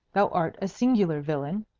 thou art a singular villain,